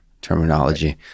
terminology